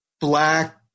black